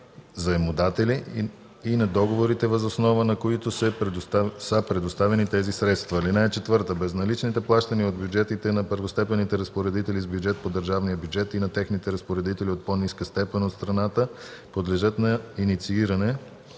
донори/заемодатели и на договорите, въз основа на които са предоставени тези средства. (4) Безналичните плащания от бюджетите на първостепенните разпоредители с бюджет по държавния бюджет и на техните разпоредители от по-ниска степен от страната подлежат на иницииране